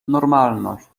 normalność